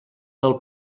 del